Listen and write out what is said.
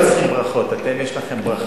ש"ס, אתם לא צריכים ברכות, אתם יש לכם ברכה,